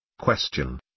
Question